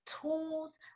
tools